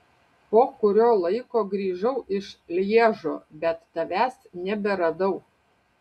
po kurio laiko grįžau iš lježo bet tavęs neberadau